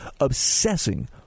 obsessing